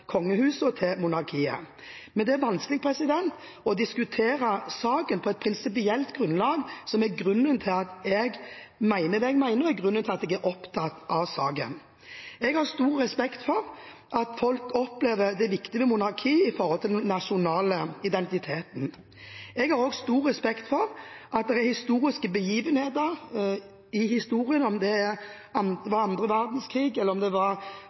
kongehuset og monarkiet, men det er vanskelig å diskutere saken på et prinsipielt grunnlag, som er grunnen til at jeg mener det jeg mener, og grunnen til at jeg er opptatt av saken. Jeg har stor respekt for at folk opplever at det er viktig med monarkiet for den nasjonale identiteten. Jeg har også stor respekt for at det er historiske begivenheter